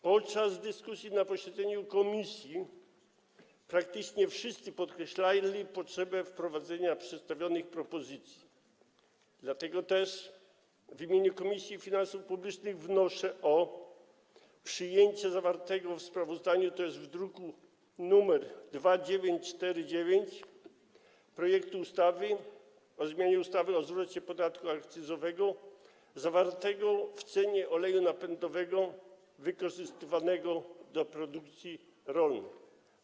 Podczas dyskusji na posiedzeniu komisji praktycznie wszyscy podkreślali potrzebę wprowadzenia przedstawionych propozycji, dlatego też w imieniu Komisji Finansów Publicznych wnoszę o przyjęcie zawartego w sprawozdaniu, tj. w druku nr 2949, projektu ustawy o zmianie ustawy o zwrocie podatki akcyzowego zawartego w cenie oleju napędowego wykorzystywanego do produkcji rolnej.